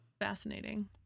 fascinating